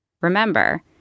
Remember